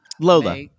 Lola